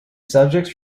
subjects